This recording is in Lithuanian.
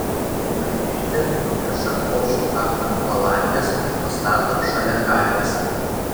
mergaitė nuneša ožiuką ant palangės ir pastato šalia karvės